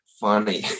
funny